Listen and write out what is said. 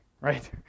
right